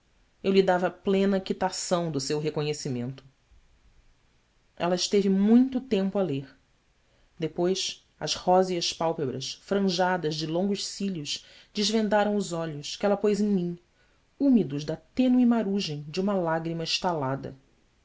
eu lhe dava plena quitação do seu reconhecimento ela esteve muito tempo a ler depois as róseas pálpebras franjadas de longos cílios desvendaram os olhos que ela pôs em mim úmidos da tênue marugem de uma lágrima estalada